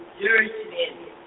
judgment